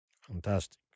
Fantastic